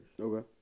Okay